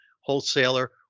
wholesaler